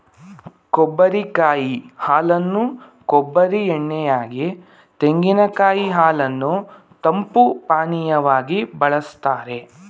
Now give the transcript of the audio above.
ಕೊಬ್ಬರಿ ಕಾಯಿ ಹಾಲನ್ನು ಕೊಬ್ಬರಿ ಎಣ್ಣೆ ಯಾಗಿ, ತೆಂಗಿನಕಾಯಿ ಹಾಲನ್ನು ತಂಪು ಪಾನೀಯವಾಗಿ ಬಳ್ಸತ್ತರೆ